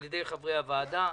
על ידי חברי הוועדה.